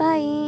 Bye